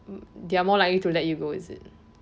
mm they are more likely to let you go is it